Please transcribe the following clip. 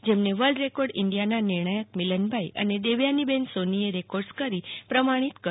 જેમને World Records ઇન્ડીયાના નિર્ણાયક મિલનભાઈ અને દેવયાની બેન સોનીએ રેકોર્ડસ કરી પ્રમાણિત કર્યું હતું